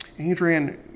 Adrian